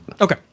okay